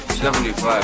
75